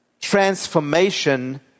transformation